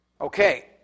Okay